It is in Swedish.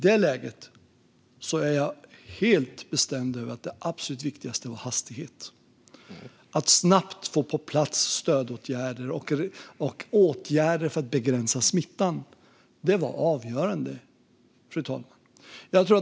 I det läget är jag helt bestämd över att det absolut viktigaste var hastighet, det vill säga att snabbt få på plats stödåtgärder och åtgärder för att begränsa smittan. Det var avgörande.